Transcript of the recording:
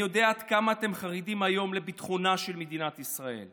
אני יודע עד כמה אתם חרדים היום לביטחונה של מדינת ישראל.